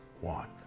one